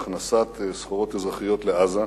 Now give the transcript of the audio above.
הכנסת סחורות אזרחיות לעזה,